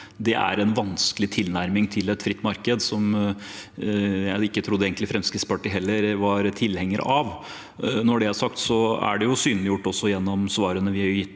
Det er en vanskelig tilnærming til et fritt marked, som jeg egentlig ikke trodde Fremskrittspartiet heller var tilhenger av. Når det er sagt, er det synliggjort også gjennom svarene vi har gitt